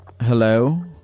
Hello